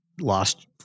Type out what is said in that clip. lost